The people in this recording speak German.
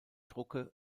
drucke